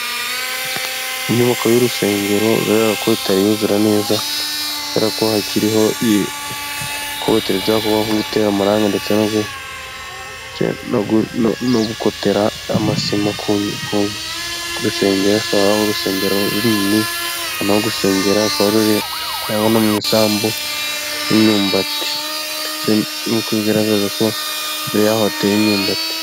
Inyubako y'urusengero, bigaragara ko itari yuzura neza, bigaragara ko hakiriho ko bitari byakorwa nko gutera amarangi, ndetse no gukotera amasima ku rusengero, hakaba urusengero runini ahantu ho gusengera, rukaba ruri mu isambu y'imyumbati, bigaragara ko imbere yaho hateye imyumbati.